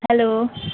hello